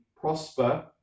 prosper